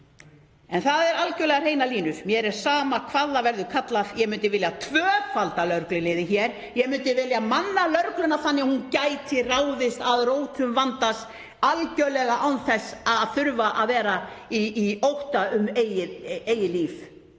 Það eru algerlega hreinar línur, og mér er sama hvað það verður kallað, að ég myndi vilja tvöfalda lögregluliðið hér. Ég myndi vilja manna lögregluna þannig að hún gæti ráðist að rótum vandans, algerlega án þess að þurfa að vera í ótta um eigið líf